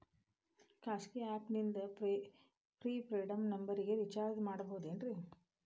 ಖಾಸಗಿ ಆ್ಯಪ್ ನಿಂದ prepaid ನಂಬರಿಗ ರೇಚಾರ್ಜ್ ಮಾಡಬಹುದೇನ್ರಿ?